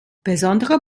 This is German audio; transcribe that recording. besondere